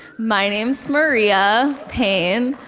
my name's maria pane,